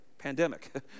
pandemic